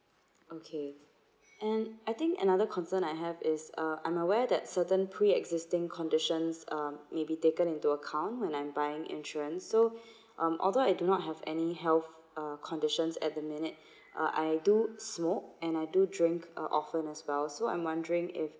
okay and I think another concern I have is uh I'm aware that certain pre-existing conditions um may be taken into account when I'm buying insurance so um although I do not have any health uh conditions at the minute uh I do smoke and I do drink uh often as well so I'm wondering if